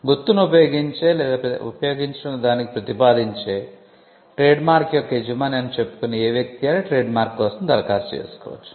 గుర్తును ఉపయోగించే లేదా ఉపయోగించదానికి ప్రతిపాదించే ట్రేడ్మార్క్ యొక్క యజమాని అని చెప్పుకునే ఏ వ్యక్తి అయినా ట్రేడ్మార్క్ కోసం దరఖాస్తు చేసుకోవచ్చు